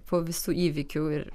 po visų įvykių ir